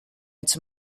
its